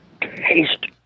taste